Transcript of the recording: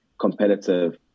competitive